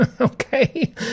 okay